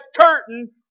curtain